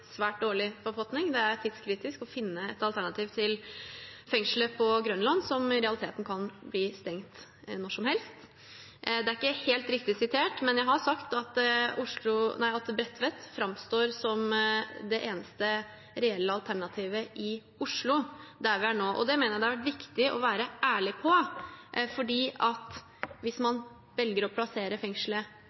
svært dårlig forfatning. Det er tidskritisk å finne et alternativ til fengselet på Grønland, som i realiteten kan bli stengt når som helst. Det er ikke helt riktig sitert, men jeg har sagt at Bredtvet framstår som det eneste reelle alternativet i Oslo, der vi er nå. Det mener jeg det har vært viktig å være ærlig på, for hvis man velger å plassere